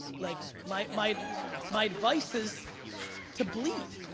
like like my my advice is to bleed.